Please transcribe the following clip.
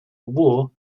war